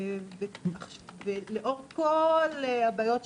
עכשיו לאור כל הבעיות שאמרתם,